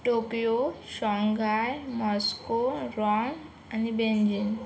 Tokyo Shanghai Moscow राल आणि Beijing